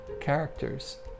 characters